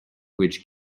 which